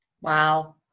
Wow